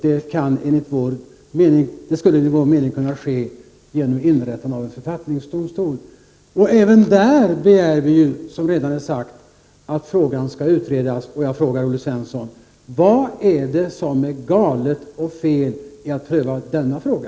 Detta skulle enligt vår mening kunna ske genom inrättandet av en författningsdomstol. Även på den punkten begär vi att frågan skall utredas. Jag frågar igen Olle Svensson: Vad är det som är galet och fel i att pröva denna fråga?